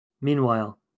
Meanwhile